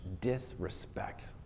disrespect